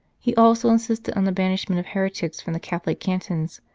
he also insisted on the banishment of heretics from the catholic cantons,